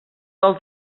del